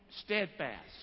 Steadfast